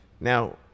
now